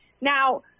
Now